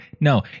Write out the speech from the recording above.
No